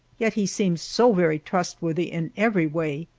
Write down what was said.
yet he seemed so very trustworthy in every way.